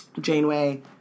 Janeway